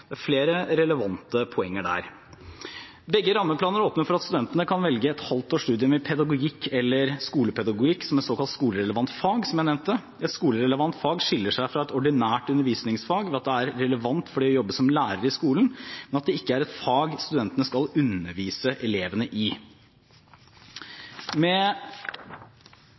Det er flere relevante poenger der. Begge rammeplaner åpner for at studenter kan velge et halvt års studium i pedagogikk eller skolepedagogikk som et såkalt skolerelevant fag, som jeg nevnte. Et skolerelevant fag skiller seg fra et ordinært undervisningsfag ved at det er relevant for det å jobbe som lærer i skolen, men at det ikke er et fag studentene skal undervise elevene i. Med